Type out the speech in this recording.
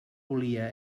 volia